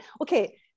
okay